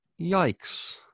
yikes